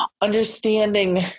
understanding